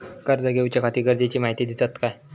कर्ज घेऊच्याखाती गरजेची माहिती दितात काय?